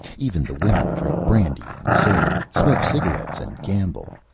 even the women drink brandy and soda, smoke cigarettes, and gamble.